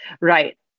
Right